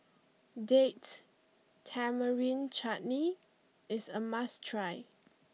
Date Tamarind Chutney is a must try